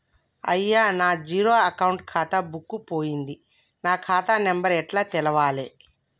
అయ్యా నా zero account ఖాతా బుక్కు పోయింది నా ఖాతా నెంబరు ఎట్ల తెలవాలే?